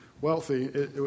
wealthy